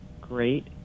great